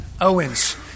owens